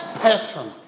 person